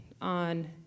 on